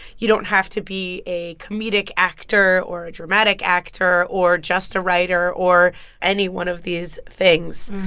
you don't have to be a comedic actor or a dramatic actor or just a writer or any one of these things.